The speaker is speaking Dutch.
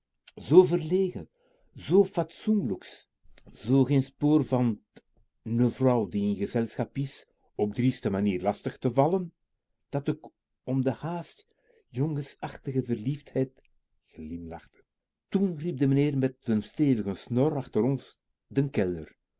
zoo fatsoenlijks zoo geen spoor van t n vrouw die in gezelschap is op drieste manier lastig te maken dat k om de haast jongens achtige verliefdheid glimlachte toen riep de meneer met den stevigen snor achter ons den